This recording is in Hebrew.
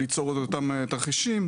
ליצור את אותם תרחישים,